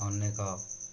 ଅନେକ